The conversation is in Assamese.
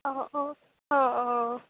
অঁ অঁ অঁ অঁ